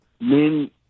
men